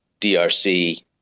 DRC